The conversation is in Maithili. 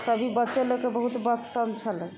सब बच्चेलोकके बहुत पसन्द छलै